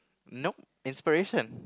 nope inspiration